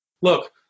look